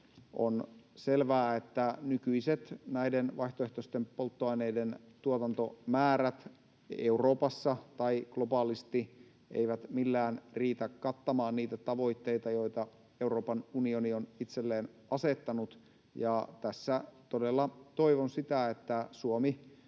On selvää, että näiden vaihtoehtoisten polttoaineiden nykyiset tuotantomäärät Euroopassa tai globaalisti eivät millään riitä kattamaan niitä tavoitteita, joita Euroopan unioni on itselleen asettanut. Tässä todella toivon sitä, että Suomi